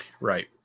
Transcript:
Right